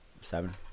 Seven